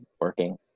working